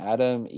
Adam